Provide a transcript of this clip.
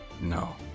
No